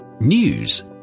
news